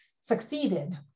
succeeded